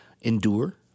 endure